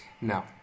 No